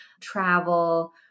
travel